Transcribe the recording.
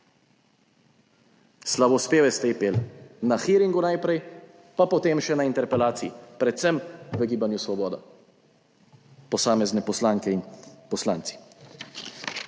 Slavospeve ste imeli na hearingu najprej, pa potem še na interpelaciji, predvsem v Gibanju Svoboda posamezne poslanke in poslanci.